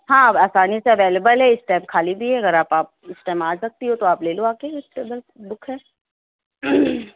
ہاں آسانی سے اویلیبل ہے اِس ٹیم خالی بھی ہے اگر آپ آپ اس ٹیم آ سکتی ہو تو آپ لے لو آ کے ایک ٹیبل بک ہے